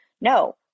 no